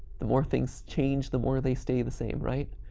the more things change, the more they stay the same, right?